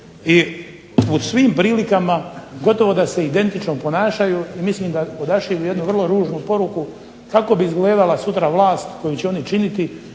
I u svim prilikama gotovo da se identično ponašaju. I mislim da odašilju jednu vrlo ružnu poruku kako bi izgledala sutra vlast koju će oni činiti